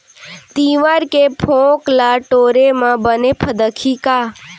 तिंवरा के फोंक ल टोरे म बने फदकही का?